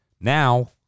now